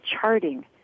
charting